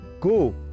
Go